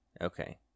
Okay